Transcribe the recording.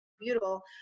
beautiful